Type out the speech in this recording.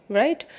right